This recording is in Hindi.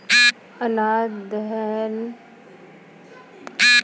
अनाज दलहन और कुछ कमर्शियल फसल को शामिल करके कुल तेईस फसलों का एम.एस.पी है